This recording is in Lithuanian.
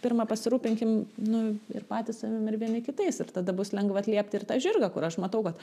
pirma pasirūpinkim nu ir patys savim ir vieni kitais ir tada bus lengva atliepti ir tą žirgą kur aš matau kad